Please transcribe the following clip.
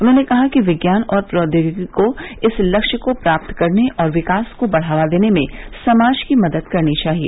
उन्होंने कहा कि विज्ञान और प्रौदयोगिकी को इस लक्ष्य को प्राप्त करने और विकास को बढ़ावा देने में समाज की मदद करनी चाहिए